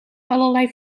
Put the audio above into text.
allerlei